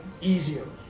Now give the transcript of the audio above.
easier